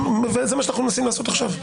זה מה שאנחנו מנסים לעשות עכשיו.